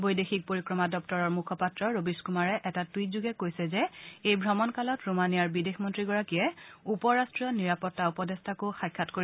বৈদেশিক পৰিক্ৰমা দপ্তৰৰ মুখপাত্ৰ ৰবিশ কুমাৰে এটা টুইটযোগে কৈছে যে এই ভ্ৰমণকালত ৰোমানিয়াৰ বিদেশ মন্ত্ৰী গৰাকীয়ে উপ ৰাষ্টীয় নিৰাপত্তা উপদেষ্টাকো সাক্ষাৎ কৰিব